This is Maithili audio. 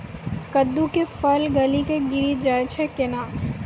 कददु के फल गली कऽ गिरी जाय छै कैने?